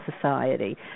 society